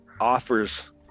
offers